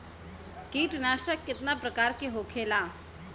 कीटनाशक कितना प्रकार के होखेला?